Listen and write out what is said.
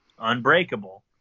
Unbreakable